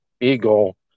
eagle